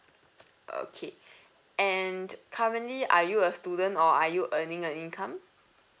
okay and currently are you a student or are you earning a income